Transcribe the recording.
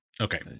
Okay